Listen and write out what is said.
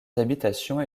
habitations